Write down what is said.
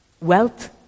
Wealth